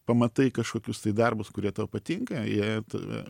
pamatai kažkokius tai darbus kurie tau patinka jie tave